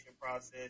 process